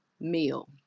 meal